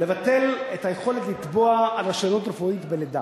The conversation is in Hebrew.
לבטל את היכולת לתבוע על רשלנות רפואית בלידה,